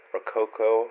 Rococo